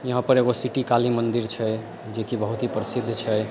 यहाँ पर एगो सिटी काली मन्दिर छै जेकि बहुत ही प्रसिद्ध छै